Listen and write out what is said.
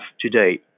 today